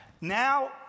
now